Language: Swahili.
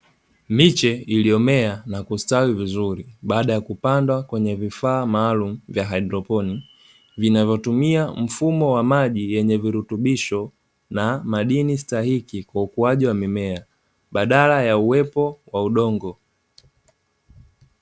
Miche iliyomea na kustawi vizuri baada ya kupandwa kwenye vifaa maalumu vya haidroponi, vinavyotumia mfumo wa maji yenye virutubisho na madini stahiki kwa ukuaji wa mimea badala ya uwepo wa udongo.